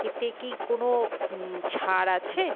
এতে কি কোনো ছাড় আছে